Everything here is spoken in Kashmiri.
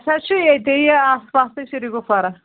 اَسہِ حظ چھُ ییٚتہِ یہِ آس پاسٕے سِیٖرِی گُپوارا